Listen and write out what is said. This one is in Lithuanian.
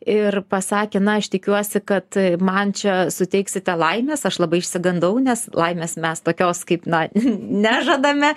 ir pasakė na aš tikiuosi kad man čia suteiksite laimės aš labai išsigandau nes laimės mes tokios kaip na nežadame